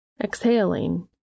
Exhaling